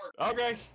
Okay